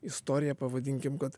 istoriją pavadinkim kad